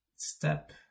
step